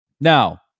Now